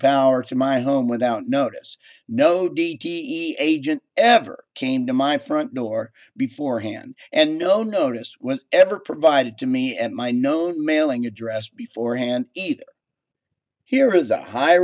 power to my home without notice no d t e agent ever came to my front door before hand and no notice when ever provided to me and my known mailing address before hand here is a high